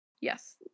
Yes